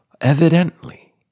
evidently